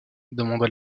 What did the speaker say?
demanda